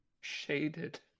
shaded